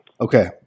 Okay